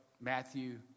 Matthew